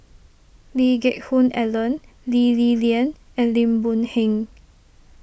Lee Geck Hoon Ellen Lee Li Lian and Lim Boon Heng